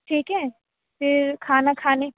ٹھیک ہے پھر کھانا کھانے